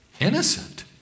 Innocent